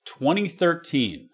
2013